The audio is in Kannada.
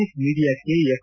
ಎಕ್ಸ್ ಮೀಡಿಯಾಕ್ಷೆ ಎಫ್